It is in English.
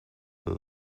lou